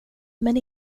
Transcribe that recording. men